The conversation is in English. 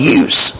use